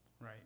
right